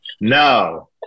No